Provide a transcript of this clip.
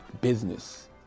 business